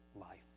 life